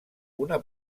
una